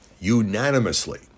unanimously